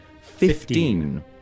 Fifteen